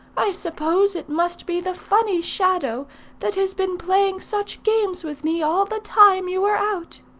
i suppose it must be the funny shadow that has been playing such games with me all the time you were out